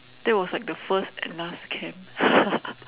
that was like the first and last camp